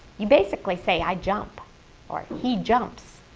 you basically say i jump or he jumps.